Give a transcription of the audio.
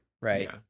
right